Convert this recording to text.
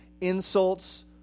insults